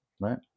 right